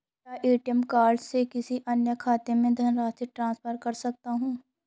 क्या ATM card से किसी अन्य खाते में धनराशि ट्रांसफर कर सकता हूँ?